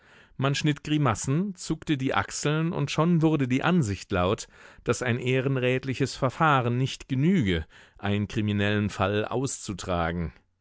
man schnitt grimassen zuckte die achseln und schon wurde die ansicht laut daß ein ehrenrätliches verfahren nicht genüge einen kriminellen fall auszutragen